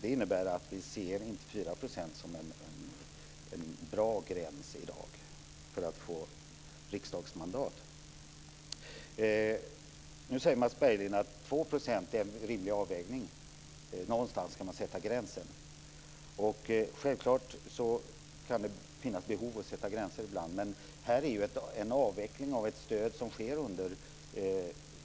Det innebär att vi inte ser 4 % som en bra gräns i dag för att få riksdagsmandat. Mats Berglind säger att 2 % är en rimlig avvägning och att man måste sätta gränsen någonstans. Självklart kan det finnas behov av gränser, men det här handlar om en avveckling av ett stöd som utgår under